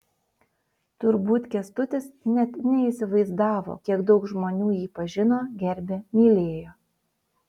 turbūt kęstutis net neįsivaizdavo kiek daug žmonių jį pažino gerbė mylėjo